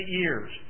years